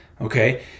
okay